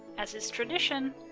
as is tradition,